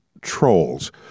trolls